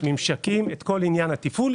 ממשקים ואת כל עניין התפעול,